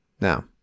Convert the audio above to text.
now